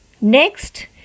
next